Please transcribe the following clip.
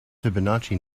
fibonacci